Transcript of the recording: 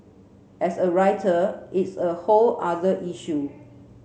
as a writer it's a whole other issue